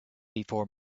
before